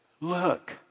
look